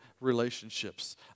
relationships